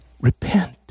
repent